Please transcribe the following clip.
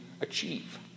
achieve